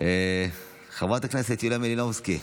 חברת הכנסת יוליה מלינובסקי,